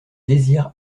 désir